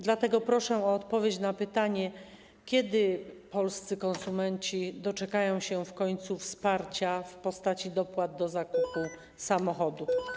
Dlatego proszę o odpowiedź na pytanie, kiedy polscy konsumenci doczekają się w końcu wsparcia w postaci dopłat do zakupu samochodu?